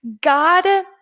God